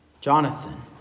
Jonathan